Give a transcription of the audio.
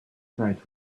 tried